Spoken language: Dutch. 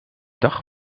dag